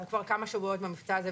אנחנו כבר כמה שבועות במבצע הזה,